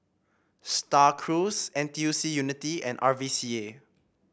Star Cruise N T U C Unity and R V C A